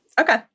Okay